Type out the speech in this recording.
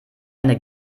eine